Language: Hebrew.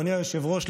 אדוני היושב-ראש,